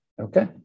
Okay